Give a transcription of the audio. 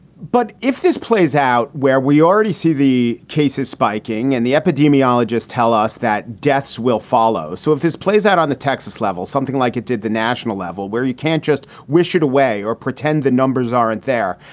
but if this plays out where we already see the cases spiking and the epidemiologists tell us that deaths will follow. so if this plays out on the texas level, something like it did the national level where you can't just wish it away or pretend the numbers aren't there.